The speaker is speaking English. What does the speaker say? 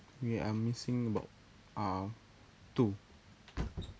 we are missing about uh two